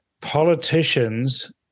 politicians